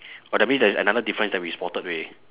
but that means there is another difference that we spotted already